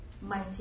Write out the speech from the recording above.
Mighty